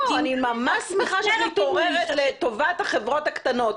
אני ממש שמחה שאת מתעוררת לטובת החברות הקטנות,